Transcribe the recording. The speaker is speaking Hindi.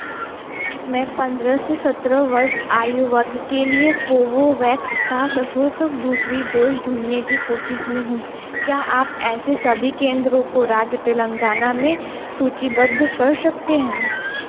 मैं पन्द्रह से सत्रह वर्ष आयु वर्ग के लिए कोवोवैक्स का सःशुल्क दूसरी डोज़ ढूँढने की कोशिश में हूँ क्या आप ऐसे सभी केंद्रों को राज्य तेलंगाना में सूचीबद्ध कर सकते हैं